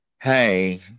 hey